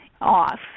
off